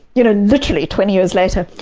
you know literally twenty years later,